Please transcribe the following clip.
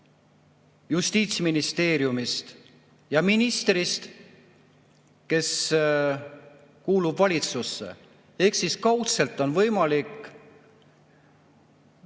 Justiitsministeeriumist ja ministrist, kes kuulub valitsusse. Ehk siis kaudselt on võimalik valitsuse